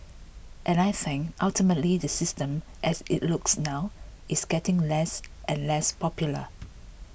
and I think ultimately the system as it looks now is getting less and less popular